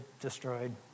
destroyed